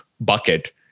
bucket